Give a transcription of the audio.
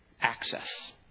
Access